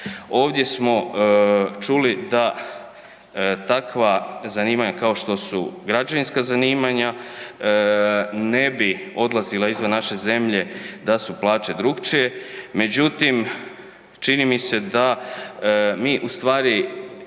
Ovdje smo čuli da takva zanimanja kao što su građevinska zanimanja, ne bi odlazila izvan naše zemlje da su plaće drukčije, međutim čini mi se da mi ustvari